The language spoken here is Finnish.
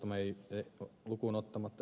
arvoisa puhemies